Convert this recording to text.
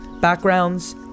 backgrounds